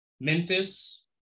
Memphis